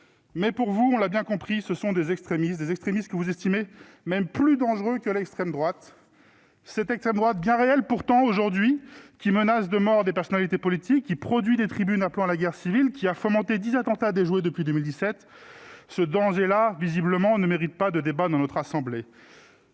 mais, pour vous, on l'a bien compris, ce sont des extrémistes, des extrémistes que vous estimez même plus dangereux que l'extrême droite. Cette extrême droite bien réel pourtant aujourd'hui qui menace de mort, des personnalités politiques qui produit des tribunes appelant à la guerre civile qui a fomenté 10 attentats déjoués depuis 2017 ce danger-là, visiblement, ne mérite pas de débat dans notre assemblée.